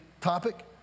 topic